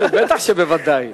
בטח שבוודאי.